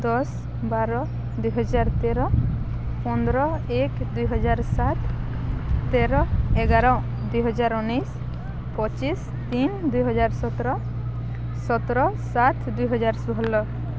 ଦଶ ବାର ଦୁଇହଜାର ତେର ପନ୍ଦର ଏକ ଦୁଇହଜାର ସାତ ତେର ଏଗାର ଦୁଇହଜାର ଉଣେଇଶି ପଚିଶି ତିନି ଦୁଇହଜାର ସତର ସତର ସାତ ଦୁଇହଜାର ଷୋହଳ